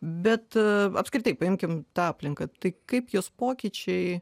bet apskritai paimkim tą aplinką tai kaip jos pokyčiai